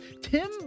Tim